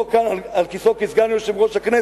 ביושבו כאן על כיסאו כסגן יושב-ראש הכנסת,